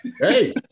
Hey